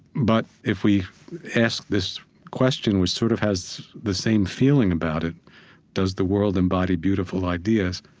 but if we ask this question, which sort of has the same feeling about it does the world embody beautiful ideas?